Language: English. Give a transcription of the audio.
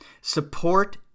Support